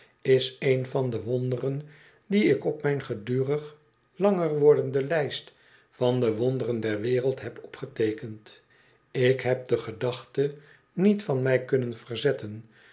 is een van de wonderen die ik op mijn gedurig langer wordende lijst van de wonderen der wereld heb opgeteekend ik heb de gedachte niet van mij kunnen verzetten